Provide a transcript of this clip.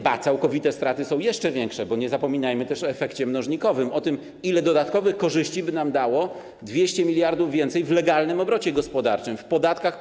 Ba, całkowite straty są jeszcze większe, bo nie zapominajmy też o efekcie mnożnikowym, o tym, ile dodatkowych korzyści by nam dało 200 mld więcej w legalnym obrocie gospodarczym, w podatkach.